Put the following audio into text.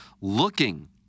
looking